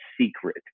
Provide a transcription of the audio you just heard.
secret